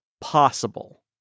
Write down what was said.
possible